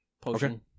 potion